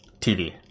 TV